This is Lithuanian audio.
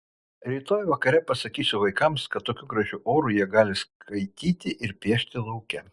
rytoj vakare pasakysiu vaikams kad tokiu gražiu oru jie gali skaityti ir piešti lauke